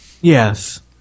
Yes